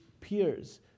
peers